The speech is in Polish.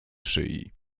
szyi